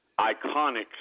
iconic